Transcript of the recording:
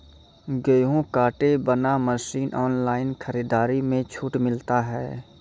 गेहूँ काटे बना मसीन ऑनलाइन खरीदारी मे छूट मिलता?